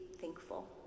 thankful